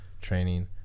training